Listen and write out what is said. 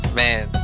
man